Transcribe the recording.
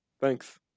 thanks